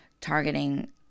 targeting